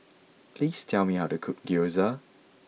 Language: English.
please tell me how to cook Gyoza